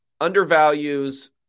undervalues